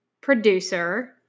producer